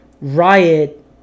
riot